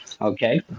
Okay